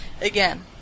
Again